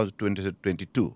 2022